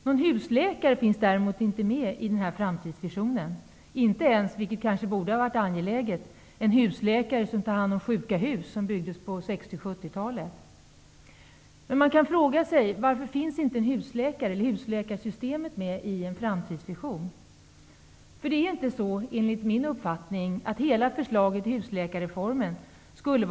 Någon husläkare finns däremot inte med i den framtidsvisionen, inte ens -- vilket kanske borde ha varit angeläget -- en husläkare som tar hand om de sjuka hus som byggdes på 60 och 70-talen. Man kan fråga sig varför husläkarsystemet inte finns med i en framtidsvision. Enligt min uppfattning är inte hela förslaget till husläkarreform dåligt.